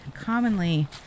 commonly